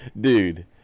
dude